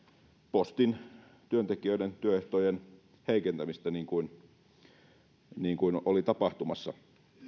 postin työntekijöiden työehtojen heikentämistä niin kuin niin kuin oli tapahtumassa